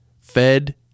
fed